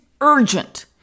urgent